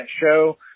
show